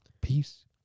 Peace